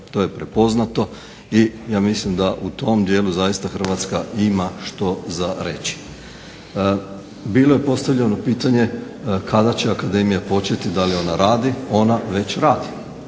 To je prepoznato ja mislim da u tom dijelu zaista Hrvatska ima što za reći. Bilo je postavljeno pitanje, kada će akademija početi, da li ona radi? Ona već radi.